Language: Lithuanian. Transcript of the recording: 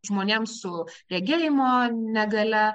žmonėms su regėjimo negalia